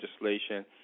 legislation